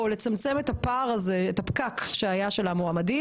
לצמצם את הפער הזה, את הפקק של המועמדים.